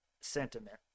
sentiment